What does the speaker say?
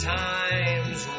times